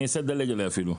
אני אנסה לדלג עליה אפילו.